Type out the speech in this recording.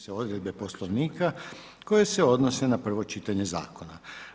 se odredbe Poslovnika koje se odnose na prvo čitanje zakona.